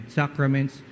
sacraments